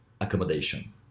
accommodation